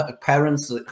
parents